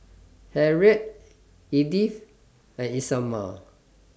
Harriett Edyth and Isamar